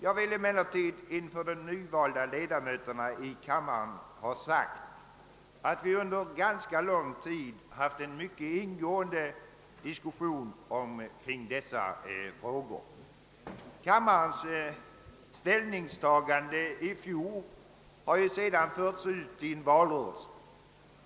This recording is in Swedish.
Jag vill emellertid inför de nyvalda ledamöterna i kammaren ha sagt att vi under ganska lång tid haft en mycket ingående diskussion omkring dessa frågor. Kammarens ställningstagande i fjol har ju sedan förts ut i valrörelsen.